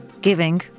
giving